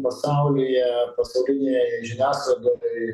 pasaulyje pasaulinėje žiniasklaidoj